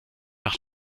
nach